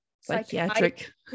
psychiatric